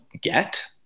get